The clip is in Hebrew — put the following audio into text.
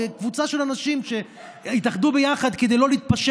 קבוצה של אנשים שהתאחדו ביחד כדי לא להתפשר